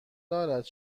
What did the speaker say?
دارد